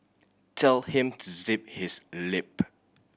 tell him to zip his lip